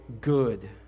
good